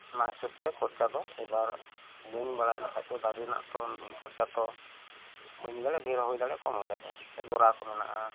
ᱚᱱᱟ ᱦᱤᱥᱟᱹᱵᱽ ᱛᱮ ᱠᱷᱚᱨᱪᱟ ᱫᱚ ᱮᱵᱟᱨ ᱵᱟᱹᱧ ᱵᱟᱲᱟᱭ ᱞᱮᱠᱷᱟᱱ ᱫᱟᱨᱮ ᱨᱮᱱᱟᱜ ᱛᱚ ᱠᱷᱚᱨᱪᱟ ᱛᱚ ᱵᱟᱹᱧ ᱞᱟᱹᱭ ᱫᱟᱲᱮᱭᱟᱜᱼᱟ ᱫᱷᱮᱨᱦᱚᱸ ᱦᱳᱭ ᱫᱟᱲᱮᱭᱟᱜᱼᱟ ᱠᱚᱢᱦᱚᱸ ᱦᱳᱭ ᱫᱟᱲᱮᱭᱟᱜᱼᱟ ᱡᱚᱨᱟᱠᱚ ᱢᱮᱱᱟᱜᱼᱟ